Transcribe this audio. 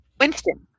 Winston